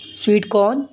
sweet corn